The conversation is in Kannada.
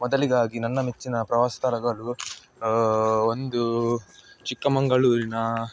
ಮೊದಲಿಗಾಗಿ ನನ್ನ ಮೆಚ್ಚಿನ ಪ್ರವಾಸ ಸ್ಥಳಗಳು ಒಂದು ಚಿಕ್ಕಮಗಳೂರಿನ